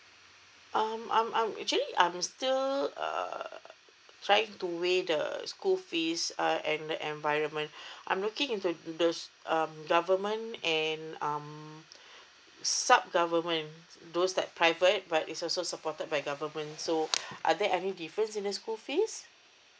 um I'm I'm actually I'm still uh trying to weigh the school fees uh and the environment I'm looking into the um government um sub government um those that private but is also supported by government so are there any difference in the school fees